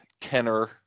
Kenner